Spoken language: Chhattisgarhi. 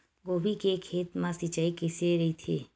गोभी के खेत मा सिंचाई कइसे रहिथे?